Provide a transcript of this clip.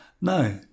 No